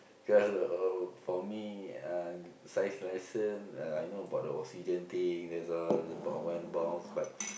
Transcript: because uh for me uh science lesson uh I know about the oxygen thing that's all but